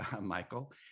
Michael